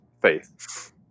faith